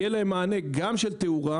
יהיה להם גם מענה של תאורה,